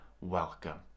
Welcome